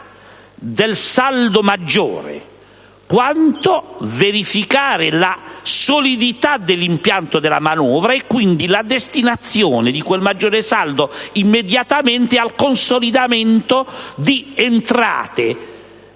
del saldo maggiore quanto nel verificare la solidità dell'impianto della manovra e, quindi, la destinazione di quel miglioramento del saldo immediatamente al consolidamento di entrate